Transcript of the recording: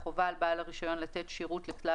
חובה על בעל הרישיון לתת שירות לכלל